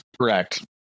Correct